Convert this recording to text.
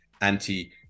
anti